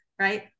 right